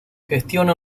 gestiona